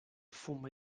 fum